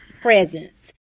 presence